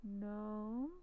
No